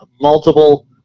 multiple